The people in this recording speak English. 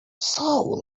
soul